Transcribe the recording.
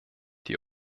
die